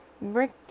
Rick